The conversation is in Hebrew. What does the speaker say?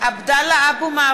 (קוראת בשמות חברי הכנסת) עבדאללה אבו מערוף,